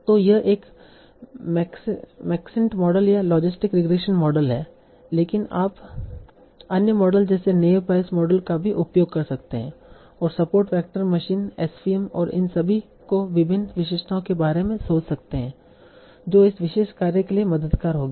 तो यह एक मैक्सेंट मॉडल या लॉजिस्टिक रिग्रेशन मॉडल है लेकिन आप अन्य मॉडल जैसे नैव बेयस मॉडल का भी उपयोग कर सकते हैं और सपोर्ट वेक्टर मशीन SVM और इन सभी को विभिन्न विशेषताओं के बारे में सोच सकते हैं जो इस विशेष कार्य के लिए मददगार होंगी